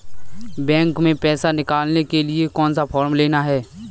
Bank में पैसा निकालने के लिए कौन सा फॉर्म लेना है?